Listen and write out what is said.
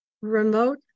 remote